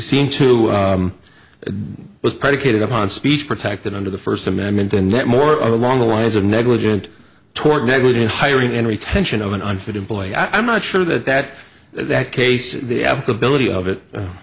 seem to it was predicated upon speech protected under the first amendment and that more along the lines of negligent toward negligent hiring and retention of an unfit employee i'm not sure that that that case the